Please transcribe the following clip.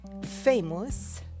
famous